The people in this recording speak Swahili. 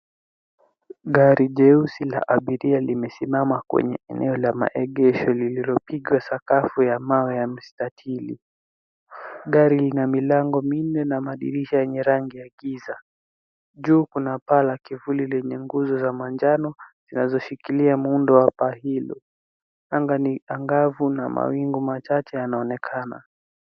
Gari jeusi la abiria limesimama kwenye eneo la maegosho lililopigwa sakafu ya mawe ya mstatili. Gari lina milango minne na madirisha ya rangi ya giza. Juu kuna paa la kivuli lenye nguzo za manjano zinazoshikilia muundo wa paa hilo. Anga ni angavu na mawingu machache yanaonekana.